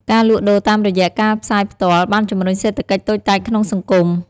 ការលក់ដូរតាមរយៈការផ្សាយផ្ទាល់បានជំរុញសេដ្ឋកិច្ចតូចតាចក្នុងសង្គម។